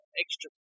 extra